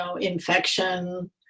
infection